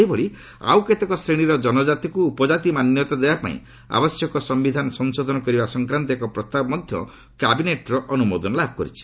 ସେହିଭଳି ଆଉ କେତେକ ଶ୍ରେଣୀର ଜନଜାତିକୁ ଉପଜାତି ମାନ୍ୟତା ଦେବା ପାଇଁ ଆବଶ୍ୟକ ସମ୍ଭିଧାନ ସଂଶୋଧନ କରିବା ସଂକ୍ରାନ୍ତ ଏକ ପ୍ରସ୍ତାବ ମଧ୍ୟ କ୍ୟାବିନେଟ୍ର ଅନୁମୋଦନ ଲାଭ କରିଛି